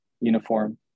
uniform